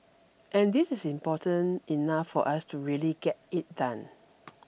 and this is important enough for us to really get it done